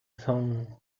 son